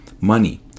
money